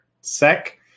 Sec